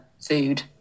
food